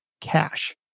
cash